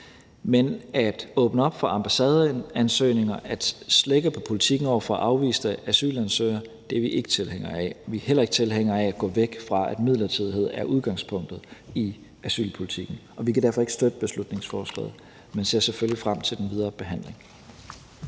men at åbne op for ambassadeansøgninger og at slække på politikken over for afviste asylansøgere er vi ikke tilhængere af, og vi er heller ikke tilhængere af at gå væk fra, at midlertidighed er udgangspunktet i asylpolitikken. Vi kan derfor ikke støtte beslutningsforslaget, men ser selvfølgelig frem til den videre behandling.